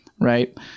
Right